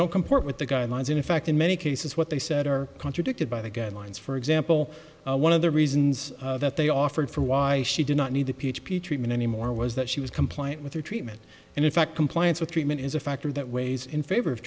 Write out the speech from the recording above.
comport with the guidelines and in fact in many cases what they said are contradicted by the guidelines for example one of the reasons that they offered for why she did not need the p h p treatment anymore was that she was compliant with their treatment and in fact compliance with treatment is a factor that weighs in favor of